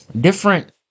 different